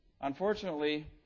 Unfortunately